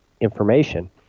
information